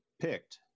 picked